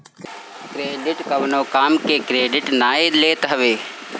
credit कवनो काम के क्रेडिट नाइ लेत हवे